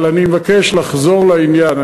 אבל אני מבקש לחזור לעניין.